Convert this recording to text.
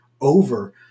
over